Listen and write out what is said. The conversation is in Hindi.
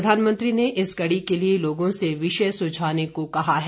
प्रधानमंत्री ने इस कडी के लिए लोगों से विषय सुझाने को कहा है